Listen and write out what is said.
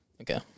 Okay